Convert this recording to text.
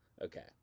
Okay